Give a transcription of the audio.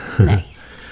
Nice